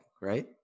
right